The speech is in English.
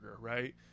right